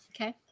Okay